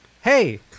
Hey